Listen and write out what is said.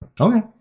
Okay